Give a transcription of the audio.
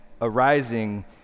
arising